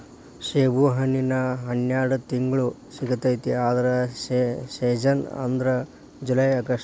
ಸೇಬುಹಣ್ಣಿನ ಹನ್ಯಾಡ ತಿಂಗ್ಳು ಸಿಗತೈತಿ ಆದ್ರ ಸೇಜನ್ ಅಂದ್ರ ಜುಲೈ ಅಗಸ್ಟ